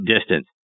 distance